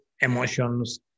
emotions